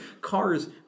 cars